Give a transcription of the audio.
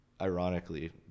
ironically